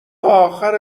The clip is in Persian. آخر